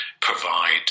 provide